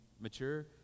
mature